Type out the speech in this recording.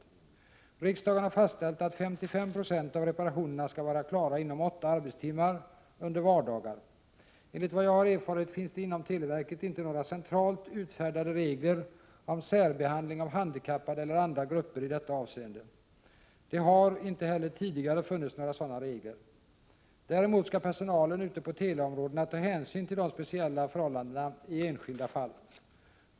Riksdagen har fastställt att 55 26 av reparationerna skall vara klara inom åtta arbetstimmar under vardagar. Enligt vad jag har erfarit finns det inom televerket inte några centralt utfärdade regler om Prot. 1987/88:81 särbehandling av handikappade eller andra grupper i detta avseende. Dethar 3 mars 1988 inte heller tidigare funnits några sådana regler. Däremot skall personalen ute på teleområdena ta hänsyn till de speciella förhållandena i enskilda fall.